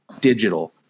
digital